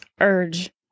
urge